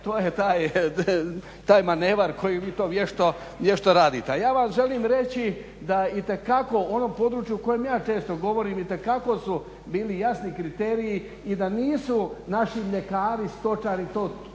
to je taj manevar koji vi to vješto radite. A ja vam želim reći da itekako u onom području o kojem ja često govorim itekako su bili jasni kriteriji i da nisu naši mljekari, stočari to koristili